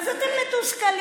אז אתם מתוסכלים.